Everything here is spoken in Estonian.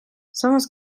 samas